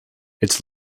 its